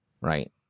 right